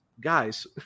Guys